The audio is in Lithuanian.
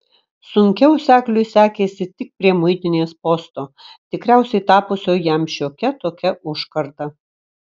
sunkiau sekliui sekėsi tik prie muitinės posto tikriausiai tapusio jam šiokia tokia užkarda